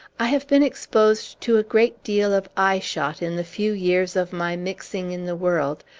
i have been exposed to a great deal of eye-shot in the few years of my mixing in the world,